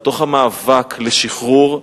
בתוך המאבק לשחרור,